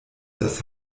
das